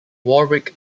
warwick